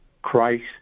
Christ